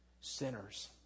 sinners